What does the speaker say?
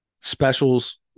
specials